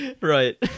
Right